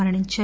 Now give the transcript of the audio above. మరణించారు